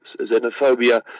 xenophobia